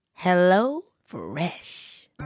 HelloFresh